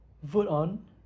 vote on